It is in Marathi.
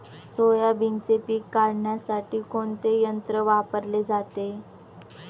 सोयाबीनचे पीक काढण्यासाठी कोणते यंत्र वापरले जाते?